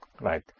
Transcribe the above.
Right